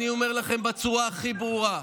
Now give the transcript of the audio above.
אני אומר לכם בצורה הכי ברורה,